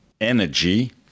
energy